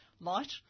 light